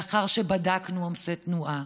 לאחר שבדקנו עומסי תנועה,